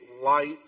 light